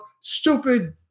stupid